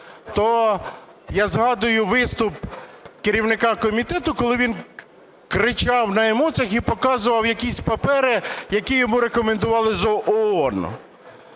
то я згадую виступ керівника комітету, коли він кричав на емоціях і показував якісь папери, які йому рекомендували з ООН.